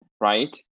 right